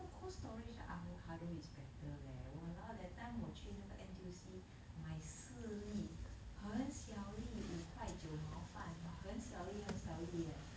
他们 cold storage the avocado is better leh !walao! that time 我去那个 N_T_U_C 买四粒五块九毛半 but 很小粒很小粒 leh